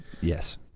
Yes